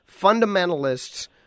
fundamentalists